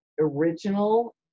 original